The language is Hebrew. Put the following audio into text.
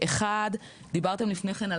אחד, דיברתם לפני כן על